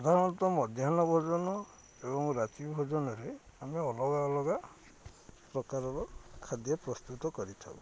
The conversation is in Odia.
ସାଧାରଣତଃ ମଧ୍ୟାହ୍ନ ଭୋଜନ ଏବଂ ରାତି ଭୋଜନରେ ଆମେ ଅଲଗା ଅଲଗା ପ୍ରକାରର ଖାଦ୍ୟ ପ୍ରସ୍ତୁତ କରିଥାଉ